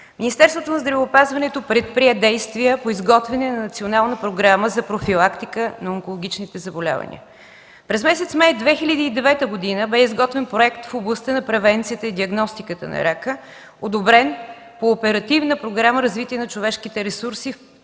Министерството на здравеопазването предприе действия по изготвянето на Национална програма за профилактика на онкологичните заболявания. През месец май 2009 г. бе изготвен проект в областта на превенцията и диагностиката на рака, одобрен по Оперативна програма „ Развитие на човешките ресурси” в